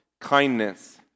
kindness